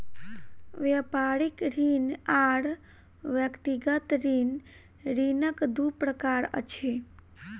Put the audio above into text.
व्यापारिक ऋण आर व्यक्तिगत ऋण, ऋणक दू प्रकार अछि